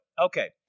Okay